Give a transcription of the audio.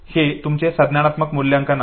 हे तुमचे संज्ञानात्मक मूल्यांकन आहे